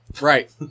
right